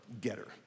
getter